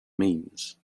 means